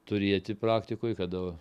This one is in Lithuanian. turėti praktikoj kada